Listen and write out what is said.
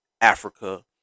Africa